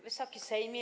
Wysoki Sejmie!